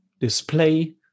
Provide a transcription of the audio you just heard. display